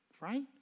right